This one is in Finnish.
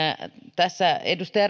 tässä edustaja